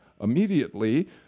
immediately